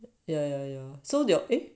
ya ya ya so they're eh